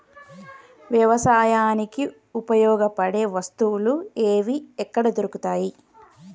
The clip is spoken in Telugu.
వ్యవసాయానికి ఉపయోగపడే వస్తువులు ఏవి ఎక్కడ దొరుకుతాయి?